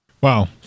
Wow